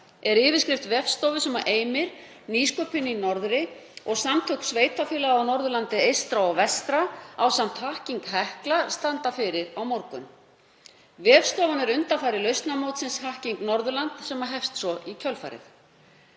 er yfirskrift vefstofu sem Eimur, Nýsköpun í norðri og Samtök sveitarfélaga á Norðurlandi eystra og vestra, ásamt Hacking Hekla, standa fyrir á morgun. Vefstofan er undanfari lausnamótsins Hacking Norðurland, sem hefst svo í kjölfarið.